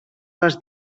les